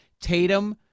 Tatum